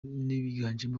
n’abiganjemo